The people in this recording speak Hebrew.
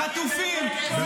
חטופים ----- די.